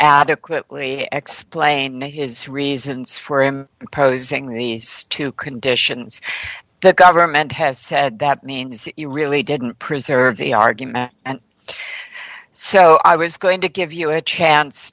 adequately explain his reasons for him opposing these two conditions the government has said that means that you really didn't preserve the argument and so i was going to give us a chance